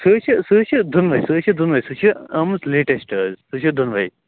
سۄ حظ چھِ سۄ حظ چھِ دۄنوٕے سۄ حظ چھِ دۄنوٕے سۄ چھِ آمٕژ لیٹیشٹ حظ سۄ چھِ دۄنوٕے